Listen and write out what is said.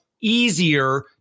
easier